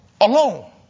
alone